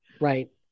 Right